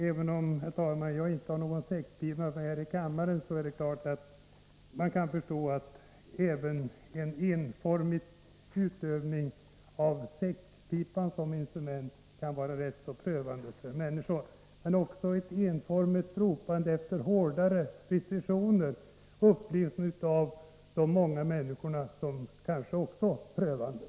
Även om inte jag, herr talman, har någon säckpipa här i kammaren är det klart att man kan förstå att ett enformigt utövande av musik med ett instrument som säckpipa kan vara rätt prövande för människor. Men ett enformigt ropande efter hårdare restriktioner upplevs kanske också av de många människorna som prövande.